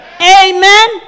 Amen